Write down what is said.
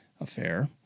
affair